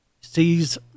sees